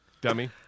dummy